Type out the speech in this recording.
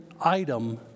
item